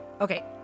Okay